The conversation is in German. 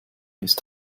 ist